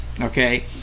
okay